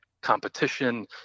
competition